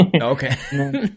Okay